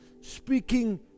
speaking